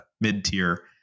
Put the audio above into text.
mid-tier